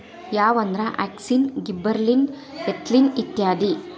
ಯಾವಂದ್ರ auxin, gibberellin, ethylene ಇತ್ಯಾದಿ